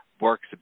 works